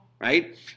right